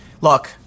Look